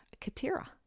Katira